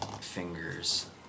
fingers